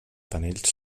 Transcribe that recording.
panells